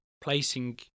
placing